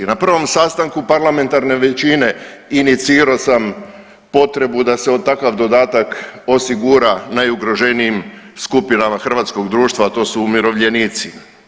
Na prvom sastanku parlamentarne većine inicirao sam potrebu da se o takav dodatak osigura najugroženijim skupinama hrvatskog društva, a to su umirovljenici.